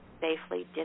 safely